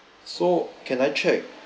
so can I check